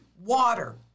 water